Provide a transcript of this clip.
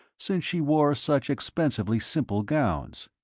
since she wore such expensively simple gowns.